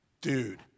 dude